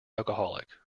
alcoholic